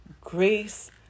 grace